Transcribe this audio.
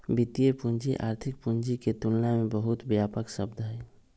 वित्तीय पूंजी आर्थिक पूंजी के तुलना में बहुत व्यापक शब्द हई